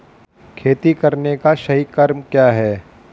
खेती करने का सही क्रम क्या है?